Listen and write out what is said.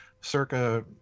circa